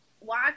watch